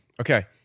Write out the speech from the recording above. Okay